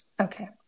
Okay